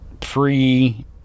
pre